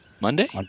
monday